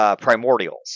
primordials